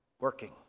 working